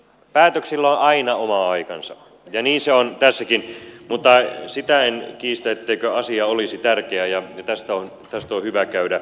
päätöksillä on aina oma aikansa ja niin on tässäkin mutta sitä en kiistä etteikö asia olisi tärkeä ja tästä on hyvä käydä keskustelua